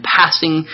passing